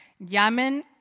llamen